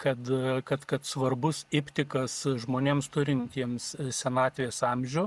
kad kad kad svarbus iptikas žmonėms turintiems senatvės amžių